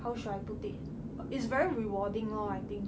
how should I put it's very rewarding lor I think